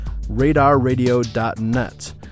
radarradio.net